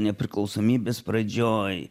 nepriklausomybės pradžioj